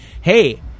hey